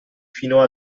fino